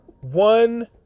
One